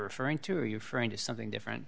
referring to your friend is something different